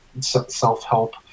self-help